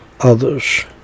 others